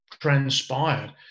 transpired